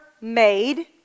made